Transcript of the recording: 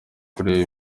kureba